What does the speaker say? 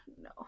No